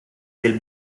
del